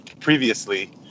previously